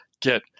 get